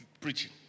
preaching